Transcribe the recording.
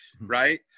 right